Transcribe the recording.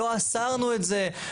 לא אסרנו את זה,